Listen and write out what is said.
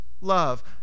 love